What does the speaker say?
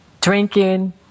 drinking